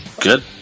Good